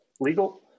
legal